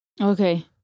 Okay